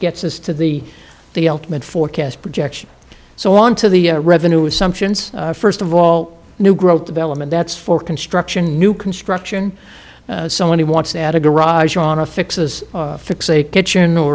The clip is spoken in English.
gets us to the the ultimate forecast projection so on to the revenue assumptions first of all new growth development that's for construction new construction someone who wants to add a garage or on a fix as fix a kitchen nor